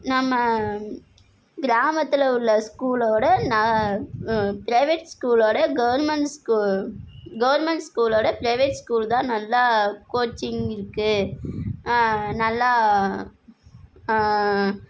நம்ம கிராமத்தில் உள்ள ஸ்கூலோடய நான் பிரைவேட் ஸ்கூலோடய கவுர்மெண்ட் ஸ்கூ கவுர்மெண்ட் ஸ்கூலோடய பிரைவேட் ஸ்கூல் தான் நல்லா கோச்சிங் இருக்குது நல்லா